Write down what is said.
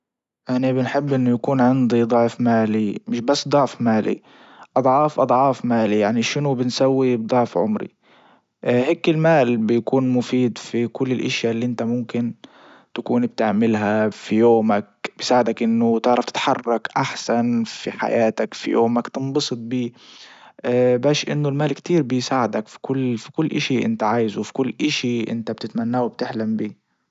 اني بنحب انه يكون عندي ضعف مالي مش بس ضعف مالي اضعاف اضعاف مالي يعني شنو بنسوي بضعف عمري? هيكي المال بيكون مفيد في كل الاشيا اللي انت ممكن تكون بتعملها في يومك. بيساعدك انه تعرف تتحرك احسن في حياتك في يومك تنبسط بي باش انه المال كتير بيساعدك في كل في كل اشي انت عايزه في كل اشي انت بتتمناه وبتحلم به